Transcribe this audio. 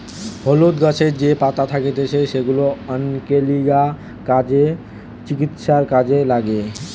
হলুদ গাছের যে পাতা থাকতিছে সেগুলা অনেকগিলা কাজে, চিকিৎসায় কাজে লাগে